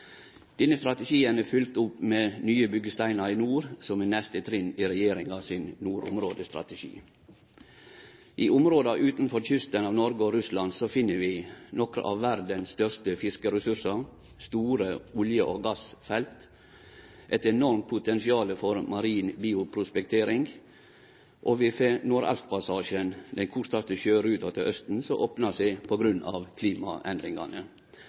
Denne strategien er følgd opp med «Nye byggesteiner i nord», som er neste trinn i regjeringa sin nordområdestrategi. I områda utanfor kysten av Noreg og Russland finn vi: nokre av verdas største fiskeressursar store olje- og gassfelt eit enormt potensial for marin bioprospektering Nordaustpassasjen, den kortaste sjøruta til Austen, opnar seg på grunn av klimaendringane